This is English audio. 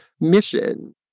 mission